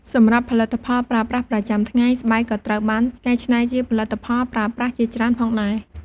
សម្រាប់ផលិតផលប្រើប្រាស់ប្រចាំថ្ងៃ ស្បែកក៏ត្រូវបានកែច្នៃជាផលិតផលប្រើប្រាស់ជាច្រើនផងដែរ ។